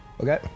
Okay